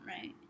right